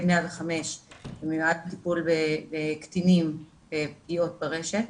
105 שמיועד לטיפול בקטינים בפגיעות ברשת